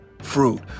fruit